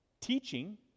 teaching